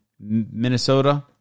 Minnesota